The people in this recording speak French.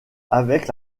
avec